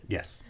Yes